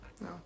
No